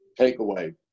takeaway